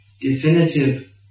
definitive